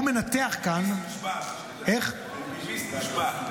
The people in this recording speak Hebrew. הוא מנתח כאן -- הוא ביביסט מושבע.